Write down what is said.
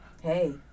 hey